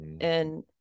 and-